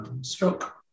stroke